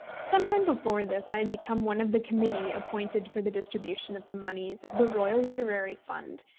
sometime before this i had become one of the committee appointed for the distribution of the moneys of the royal literary fund,